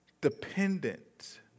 dependent